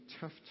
tough